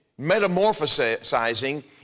metamorphosizing